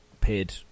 paid